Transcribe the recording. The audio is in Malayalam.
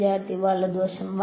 വിദ്യാർത്ഥി വലതു വശം